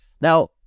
Now